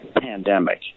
pandemic